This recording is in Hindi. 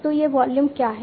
तो यह वॉल्यूम क्या है